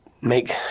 make